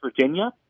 Virginia